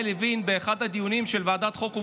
לוין הציג תזה באחד הדיונים של ועדת החוקה,